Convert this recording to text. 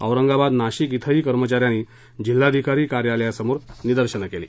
औरंगाबाद नाशिक श्रेही कर्मचा यांनी जिल्हाधिकारी कार्यालयासमोर निदर्शनं केली